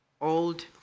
old